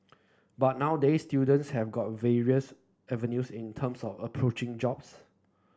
but nowadays students have got various avenues in terms of approaching jobs